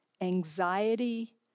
anxiety